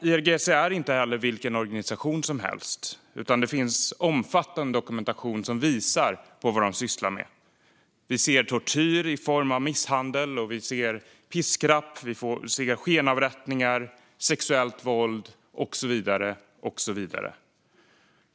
IRGC är inte vilken organisation som helst, utan det finns omfattande dokumentation som visar på vad de sysslar med. Vi ser tortyr i form av misshandel, piskrapp, skenavrättningar, sexuellt våld och så vidare.